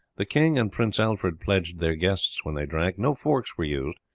the king and prince alfred pledged their guests when they drank. no forks were used,